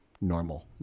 normal